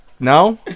No